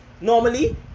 normally